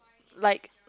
like